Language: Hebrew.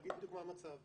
להגיד בדיוק מה המצב.